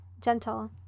gentle